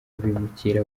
abimukira